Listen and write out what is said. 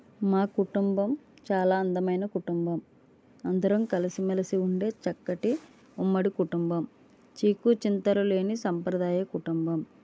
మా కుటుంబం చాలా అందమైన కుటుంబం అందరం కలసి మెలసి ఉండే చక్కటి ఉమ్మడి కుటుంబం చీకు చింతలు లేని సాంప్రదాయ కుటుంబం